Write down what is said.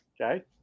Okay